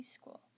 school